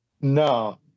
No